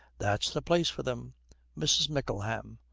that's the place for them mrs. mickleham.